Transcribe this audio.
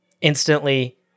Instantly